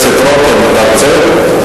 חבר הכנסת רותם, אתה רוצה לדבר?